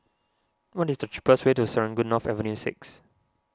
what is the cheapest way to Serangoon North Avenue six